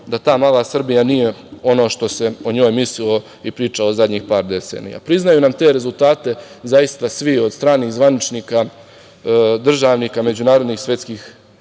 da ta mala Srbija nije ono što se o njoj mislilo i pričalo u zadnjih par decenija. Priznaju nam te rezultate zaista svi od stranih zvaničnika, državnika međunarodnih svetskih